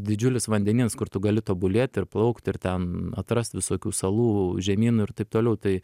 didžiulis vandenynas kur tu gali tobulėt ir plaukt ir ten atrast visokių salų žemynų ir taip toliau tai